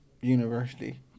university